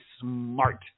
smart